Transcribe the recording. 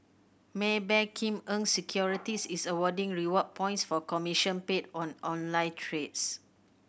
Maybank Kim Eng Securities is awarding reward points for commission paid on online trades